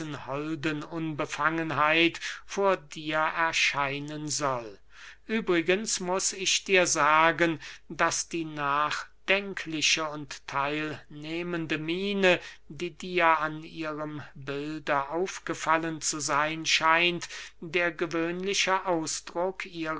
unbefangenheit vor dir erscheinen soll übrigens muß ich dir sagen daß die nachdenkliche und theilnehmende miene die dir an ihrem bilde aufgefallen zu seyn scheint der gewöhnliche ausdruck ihres